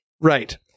Right